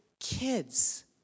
Kids